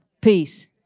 peace